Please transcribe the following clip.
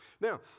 Now